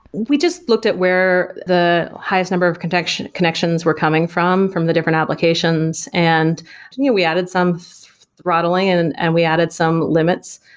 we just looked at where the highest number of connections connections were coming from from the different applications. and and you know we added some throttling and and we added some limits.